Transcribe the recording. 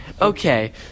Okay